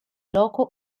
loco